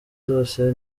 zose